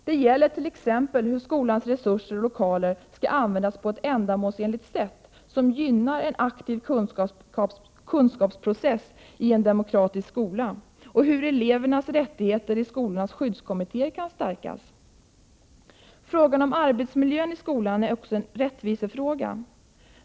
Det gäller t.ex. hur skolans resurser och lokaler skall användas på ett ändamålsenligt sätt, som gynnar en aktiv kunskapsprocess i en demokratisk skola, och hur elevernas rättigheter i skolornas skyddskommittéer kan stärkas. Frågan om arbetsmiljön i skolan är även en rättvisefråga.